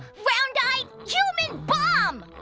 round eyed. human bum!